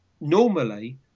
normally